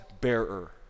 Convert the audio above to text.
bearer